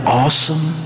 awesome